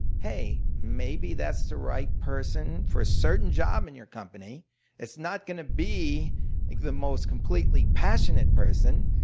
hey, maybe that's the right person for a certain job in your company that's not going to be like the most completely passionate person,